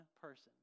person